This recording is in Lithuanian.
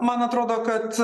man atrodo kad